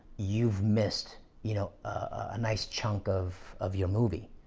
you've missed you know a nice chunk of of your movie.